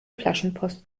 flaschenpost